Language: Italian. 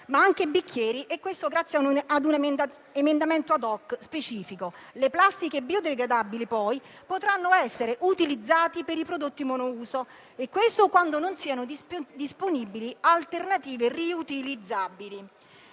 ma anche bicchieri e ciò grazie ad un emendamento *ad hoc*. Le plastiche biodegradabili, poi, potranno essere utilizzate per i prodotti monouso, quando non siano disponibili alternative riutilizzabili.